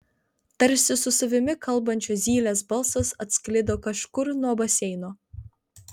tarsi su savimi kalbančio zylės balsas atsklido kažkur nuo baseino